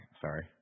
Sorry